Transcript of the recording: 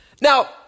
now